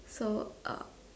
so uh